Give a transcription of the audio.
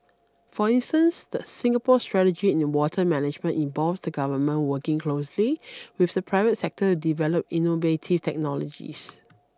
for instance the Singapore's strategy in water management involves the Government working closely with the private sector to develop innovative technologies